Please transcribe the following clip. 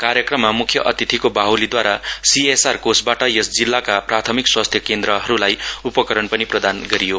कार्यक्रममा मुख्य अतिथिको बाह्लीद्वारा सीएसआर कोषबाट यस जिल्लाका प्राथमिक स्वास्थ्य केन्द्रहरूलाई उपकरणहरू पनि प्रदान गरियो